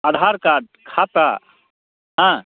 आधार card खाता हाँ